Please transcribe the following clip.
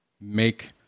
make